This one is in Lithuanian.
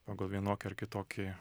pagal vienokį ar kitokį